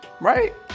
right